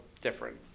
different